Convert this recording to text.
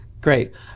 great